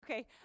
Okay